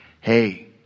Hey